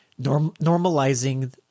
normalizing